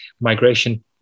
migration